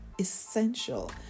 essential